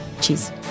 Cheers